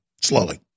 slowly